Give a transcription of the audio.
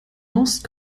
most